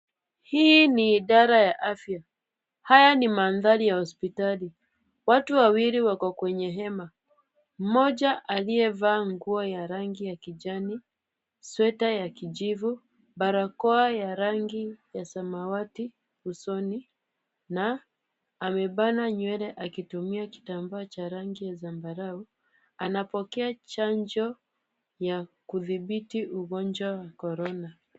Hii ni idara ya afya. Haya ni maadhari ya hospitali. Watu wawili wako kwenye hema. Mmoja aliye vaa nguo ya rangi ya kijani, sweta ya kijivu, barakoa ya rangi ya samawati usoni, na amebana nywele akitumia kitambaa cha rangi ya zambara. Anapokea chanjo ya kudhibiti ugonjwa wa Korona.